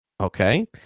Okay